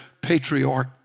patriarch